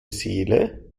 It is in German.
seele